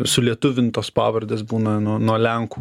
sulietuvintos pavardės būna nuo nuo lenkų